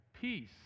peace